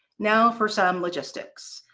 now for some logistics.